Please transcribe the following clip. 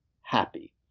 happy